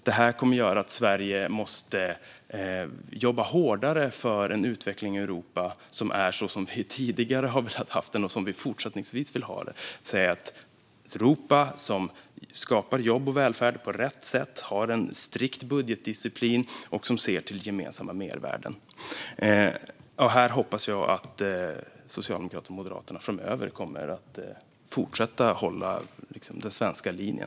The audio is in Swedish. Det kommer att göra att Sverige måste jobba hårdare för en utveckling i Europa som ser ut som vi tidigare har velat och som vi fortsättningsvis vill, det vill säga ett Europa som skapar jobb och välfärd på rätt sätt, har en strikt budgetdisciplin och ser till gemensamma mervärden. Jag hoppas att Socialdemokraterna och Moderaterna framöver kommer att fortsätta hålla fast i den svenska linjen.